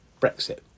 Brexit